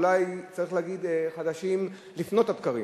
אולי צריך להגיד: חדשים לפנות הבקרים.